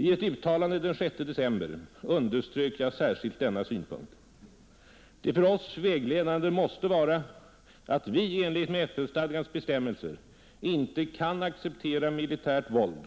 I ett uttalande den 6 december underströk jag särskilt denna synpunkt. Det för oss vägledande måste vara att vi i enlighet med FN-stadgans bestämmelser inte kan acceptera militärt våld,